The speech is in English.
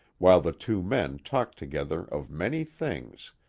while the two men talked together of many things,